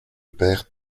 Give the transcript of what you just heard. père